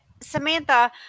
Samantha